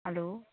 hello